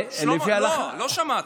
שלמה, לא, לא שמעת.